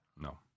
No